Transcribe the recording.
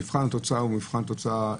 מבחן התוצאה הוא מבחן התוצאה.